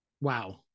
wow